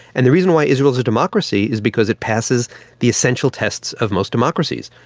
and the reason why israel is a democracy is because it passes the essential tests of most democracies.